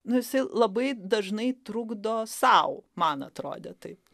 nu jisai labai dažnai trukdo sau man atrodė taip